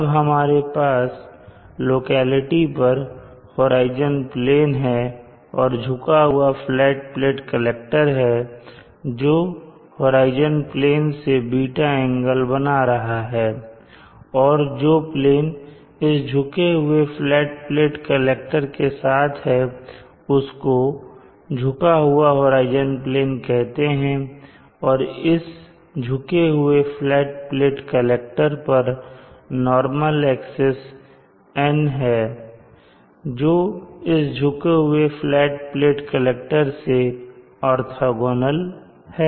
अब हमारे पास लोकेलिटी पर होराइजन प्लेन है और झुका हुआ फ्लैट प्लेट कलेक्टर है जो होराइजन प्लेन से ß एंगल बना रहा है और जो प्लेन इस झुके हुए फ्लैट प्लेट कलेक्टर के साथ है उसको झुका हुआ होराइजन प्लेन कहते हैं और इस झुके हुए फ्लैट प्लेट कलेक्टर पर नॉर्मल एक्सिस N है जो इस झुके हुए फ्लैट प्लेट कलेक्टर से ऑर्थोंगोनल है